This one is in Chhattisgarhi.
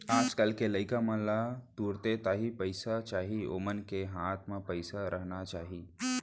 आज कल के लइका मन ला तुरते ताही पइसा चाही ओमन के हाथ म पइसा रहना चाही